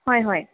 হয় হয়